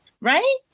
Right